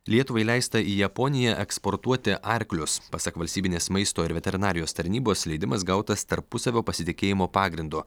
lietuvai leista į japoniją eksportuoti arklius pasak valstybinės maisto ir veterinarijos tarnybos leidimas gautas tarpusavio pasitikėjimo pagrindu